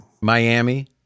Miami